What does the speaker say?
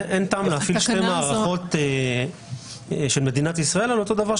אין טעם להפעיל שתי מערכות של מדינת ישראל על אותו דבר,